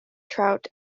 trout